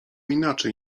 inaczej